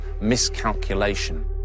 miscalculation